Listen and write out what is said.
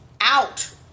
out